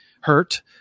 hurt